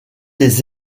les